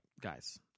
guys